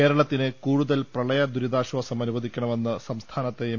കേരളത്തിന് കൂടുതൽ പ്രളയദുരിതാശ്ചാസം അനുവദിക്കണ മെന്ന് സംസ്ഥാനത്തെ എം